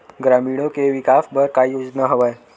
ग्रामीणों के विकास बर का योजना हवय?